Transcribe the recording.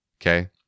okay